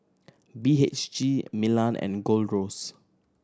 B H G Milan and Gold Roast